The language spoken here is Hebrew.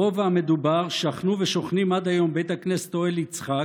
ברובע המדובר שכנו ושוכנים עד היום בית הכנסת אוהל יצחק,